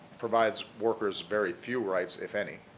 provides workers very few rights, if any,